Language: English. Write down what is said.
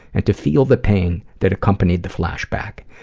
and to feel the pain that accompanied the flashback.